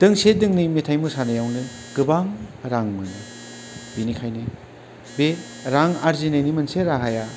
दोंसे दोंनै मोसानायावनो गोबां रां मोनो बिनिखायनो बे रां आरजिनायनि मोनसे राहाया